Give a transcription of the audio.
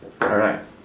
alright